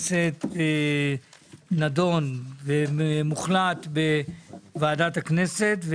שכר חברי הכנסת נדון ומוחלט בוועדת הכנסת,